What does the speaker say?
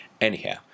Anyhow